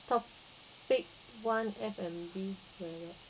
topic one F&B correct